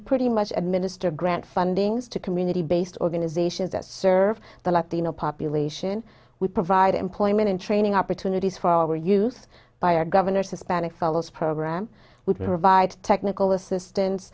pretty much administer grant funding to community based organizations that serve the latino population we provide employment and training opportunities for our youth by our governors hispanic fellows program would revive technical assistance